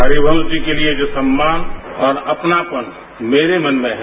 हरिवंश जी के लिए जो सम्मान और अपनापन मेरे मन में है